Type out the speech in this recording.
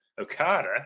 Okada